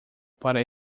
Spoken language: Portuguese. para